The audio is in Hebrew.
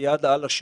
יעד העל השני,